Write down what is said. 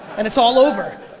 and it's all over,